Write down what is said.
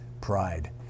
pride